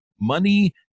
Money